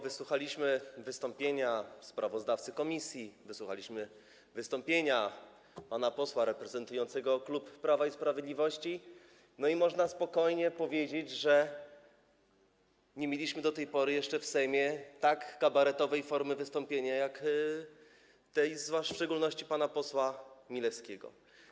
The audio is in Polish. Wysłuchaliśmy wystąpienia sprawozdawcy komisji, wysłuchaliśmy wystąpienia pana posła reprezentującego klub Prawa i Sprawiedliwości i można spokojnie powiedzieć, że nie mieliśmy jeszcze do tej pory w Sejmie tak kabaretowej formy wystąpienia, jak tej, w szczególności pana posła Milewskiego.